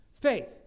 Faith